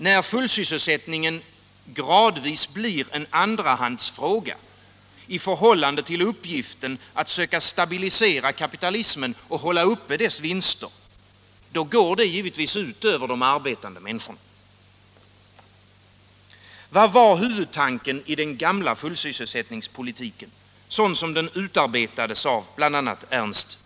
När fullsysselsättningen blir en andrahandsfråga i förhållande till uppgiften att söka stabilisera kapitalismen och hålla dess vinster — då går det givetvis ut över de arbetande människorna. Vad var huvudtanken i den gamla fullsysselsättningspolitiken sådan den utarbetades av Ernst Wigforss?